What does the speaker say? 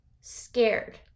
scared